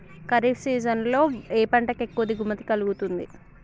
Kharif season లో ఏ పంట కి ఎక్కువ దిగుమతి కలుగుతుంది?